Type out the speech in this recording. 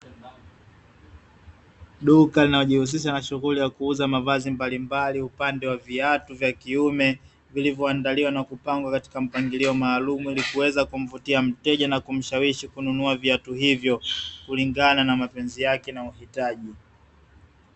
Duka linalojihusisha na shughuli ya kuuza mavazi mbalimbali. Upande wa viatu vya kiume, vilivyoandaliwa na kupangwa katika mpangilio maalumu ili kuweza kumvutia mteja na kumshawishi aweze kununua viatu hivyo kulingana na mapenzi yake na uhitaji.